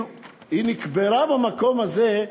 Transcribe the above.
היא נקברה במקום הזה.